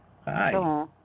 Hi